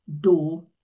door